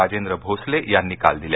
राजेंद्र भोसले यांनी काल दिल्या